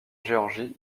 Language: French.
géorgie